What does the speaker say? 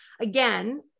again